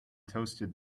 toasted